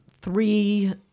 three